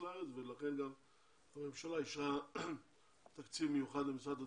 לארץ ולכן גם הממשלה אישרה תקציב מיוחד למשרד התפוצות,